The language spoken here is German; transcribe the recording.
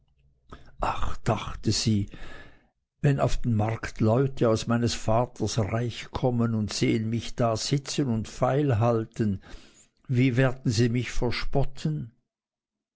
ach dachte sie wenn auf den markt leute aus meines vaters reich kommen und sehen mich da sitzen und feil halten wie werden sie mich verspotten